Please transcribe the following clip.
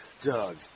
Doug